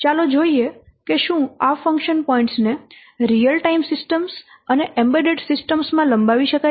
ચાલો જોઈએ કે શું આ ફંક્શન પોઇન્ટ્સ ને રીઅલ ટાઇમ સિસ્ટમ્સ અને એમ્બેડેડ સિસ્ટમ માં લંબાવી શકાય છે